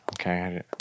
Okay